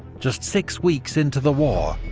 just six weeks into the war,